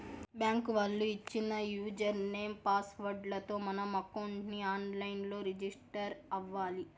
bank వాళ్ళు ఇచ్చిన user name, password లతో మనం అకౌంట్ ని ఆన్ లైన్ లో రిజిస్టర్ అవ్వాలి